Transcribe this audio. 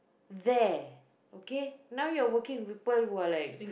there okay now you are working with people who are like